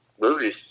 Movies